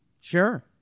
Sure